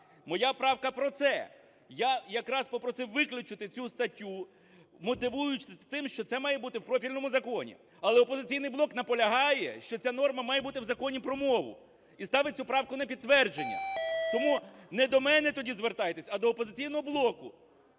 Моя правка про це. Я якраз попросив виключити цю статтю, мотивуючись тим, що це має бути в профільному законі. Але "Опозиційний блок" наполягає, що ця норма має бути в Законі про мову і ставить цю правку на підтвердження. Тому не до мене тоді звертайтесь, а до "Опозиційного блоку".